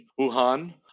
Wuhan